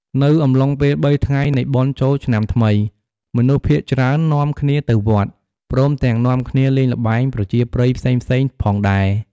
នៅអំឡុងពេល៣ថ្ងៃនៃបុណ្យចូលឆ្នាំថ្មី មនុស្សភាគច្រើននាំគ្នាទៅវត្ត ព្រមទាំងនាំគ្នាលេងល្បែងប្រជាប្រិយផ្សេងៗផងដែរ ។